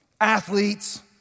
athletes